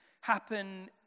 happen